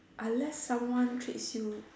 unless someone treats you